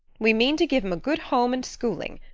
we mean to give him a good home and schooling.